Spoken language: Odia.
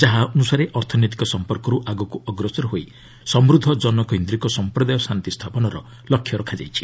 ଯାହା ଅନୁସାରେ ଅର୍ଥନୈତିକ ସମ୍ପର୍କରୁ ଆଗକୁ ଅଗ୍ରସର ହୋଇ ସମୃଦ୍ଧ ଜନକୈନ୍ଦ୍ରୀକ ସଂପ୍ରଦାୟ ଶାନ୍ତି ସ୍ଥାପନର ଲକ୍ଷ୍ୟ ରଖାଯାଇଛି